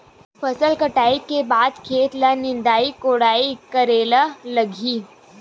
फसल कटाई के बाद खेत ल निंदाई कोडाई करेला लगही?